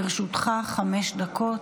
לרשותך חמש דקות.